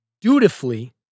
Dutifully